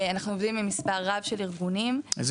אנחנו עובדים עם מספר רב של ארגונים --- איזה